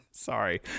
Sorry